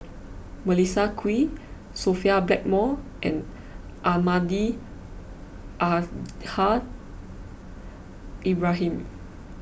Melissa Kwee Sophia Blackmore and Almahdi Al Haj Ibrahim